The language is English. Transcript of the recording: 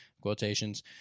quotations